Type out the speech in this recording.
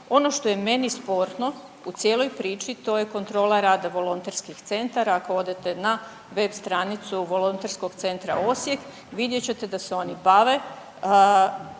Ono što je meni sporno u cijeloj priči to je kontrola rada volonterskih centara. Ako odete na web stranicu Volonterskog centra Osijek vidjet ćete da se oni bave